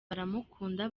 baramukunda